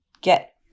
get